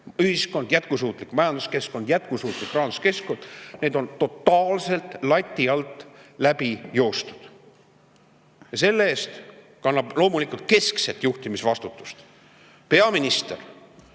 ühiskond, jätkusuutlik majanduskeskkond, jätkusuutlik rahanduskeskkond – on totaalselt lati alt läbi joostud. Ja selle eest kannab loomulikult keskset juhtimisvastutust peaminister.